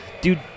Dude